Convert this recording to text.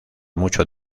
mucho